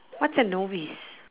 what's a novice